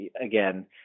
again